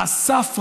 אסף רמון,